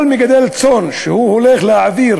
כל מגדל צאן שהולך להעביר